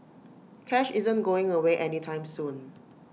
cash isn't going away any time soon